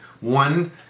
One